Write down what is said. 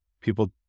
people